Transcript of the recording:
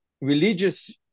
religious